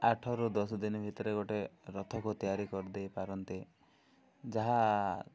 ଆଠରୁ ଦଶ ଦିନ ଭିତରେ ଗୋଟେ ରଥକୁ ତିଆରି କରିଦେଇ ପାରନ୍ତେ ଯାହା